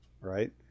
right